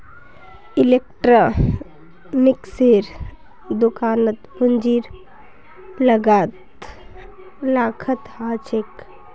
इलेक्ट्रॉनिक्सेर दुकानत पूंजीर लागत लाखत ह छेक